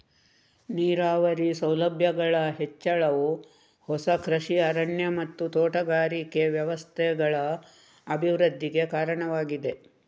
ನೀರಾವರಿ ಸೌಲಭ್ಯಗಳ ಹೆಚ್ಚಳವು ಹೊಸ ಕೃಷಿ ಅರಣ್ಯ ಮತ್ತು ತೋಟಗಾರಿಕೆ ವ್ಯವಸ್ಥೆಗಳ ಅಭಿವೃದ್ಧಿಗೆ ಕಾರಣವಾಗಿದೆ